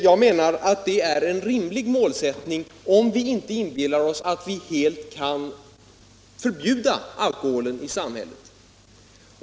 Detta är en rimlig målsättning om vi inte inbillar oss att vi helt kan förbjuda alkoholen i samhället.